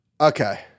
Okay